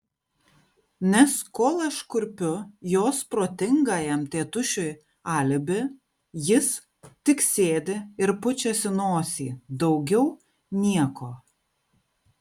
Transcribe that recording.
nes kol aš kurpiu jos protingajam tėtušiui alibi jis tik sėdi ir pučiasi nosį daugiau nieko